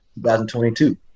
2022